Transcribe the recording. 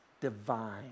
divine